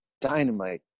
dynamite